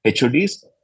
HODs